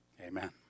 Amen